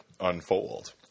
unfold